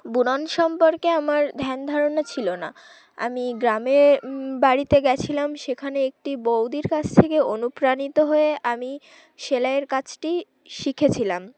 বুনন সম্পর্কে আমার ধ্যান ধারণা ছিল না আমি গ্রামে বাড়িতে গেছিলাম সেখানে একটি বৌদির কাছ থেকে অনুপ্রাণিত হয়ে আমি সেলাইয়ের কাজটি শিখেছিলাম